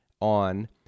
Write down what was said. on